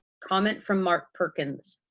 comment from marc perkins.